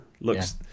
looks